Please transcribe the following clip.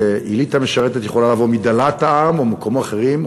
כי אליטה משרתת יכולה לבוא מדלת העם או ממקומות אחרים,